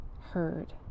heard